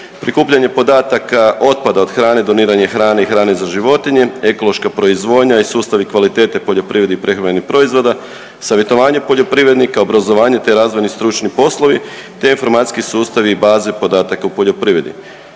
prikupljanje podataka otpada od hrane, doniranje hrane i hrane za životinje, ekološka proizvodnja i sustavi kvalitete poljoprivrednih i prehrambenih proizvoda, savjetovanje poljoprivrednika, obrazovanje, te razvojni i stručni poslovi, te informacijski sustavi i baze podataka u poljoprivredi.